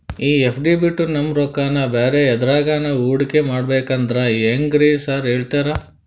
ಈ ಎಫ್.ಡಿ ಬಿಟ್ ನಮ್ ರೊಕ್ಕನಾ ಬ್ಯಾರೆ ಎದ್ರಾಗಾನ ಹೂಡಿಕೆ ಮಾಡಬೇಕಂದ್ರೆ ಹೆಂಗ್ರಿ ಸಾರ್ ಹೇಳ್ತೇರಾ?